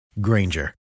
Granger